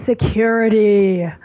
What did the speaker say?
security